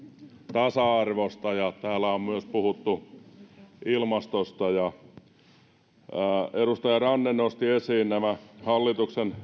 tasa arvosta ja täällä on myös puhuttu ilmastosta edustaja ranne nosti esiin nämä hallituksen